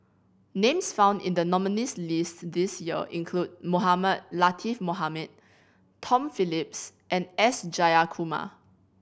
names found in the nominees' list this year include Mohamed Latiff Mohamed Tom Phillips and S Jayakumar